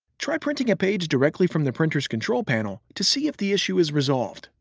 try printing a page directly from the printer's control panel to see if the issue is resolved.